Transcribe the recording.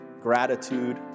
gratitude